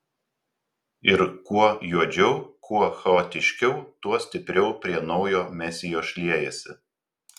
ir kuo juodžiau kuo chaotiškiau tuo stipriau prie naujo mesijo šliejasi